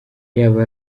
yaba